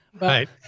Right